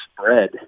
spread